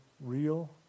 real